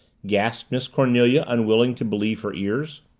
gasped miss cornelia, unwilling to believe her ears.